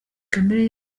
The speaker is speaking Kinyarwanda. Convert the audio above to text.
kamere